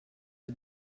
sie